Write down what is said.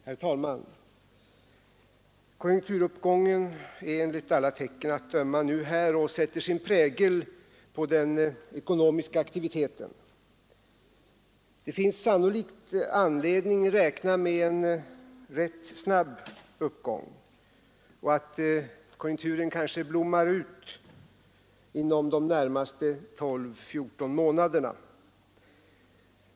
Herr talman! Konjunkturuppgången är av alla tecken att döma nu här och sätter sin prägel på den ekonomiska aktiviteten. Det finns sannolikt anledning att räkna med en rätt snabb uppgång och att konjunkturen kanske blommar ut inom de närmaste 12—14 månaderna.